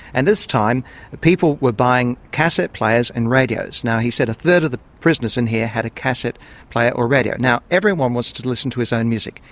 and this time people were buying cassette players and radios. now he said a third of prisoners in here had a cassette player or radio. now everyone wants to listen to his own music.